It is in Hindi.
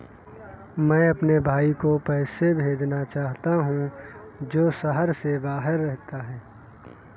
मैं अपने भाई को पैसे भेजना चाहता हूँ जो शहर से बाहर रहता है